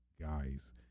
Guys